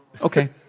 Okay